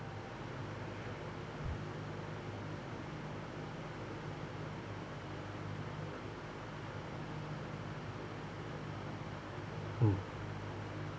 mm